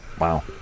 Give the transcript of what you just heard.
Wow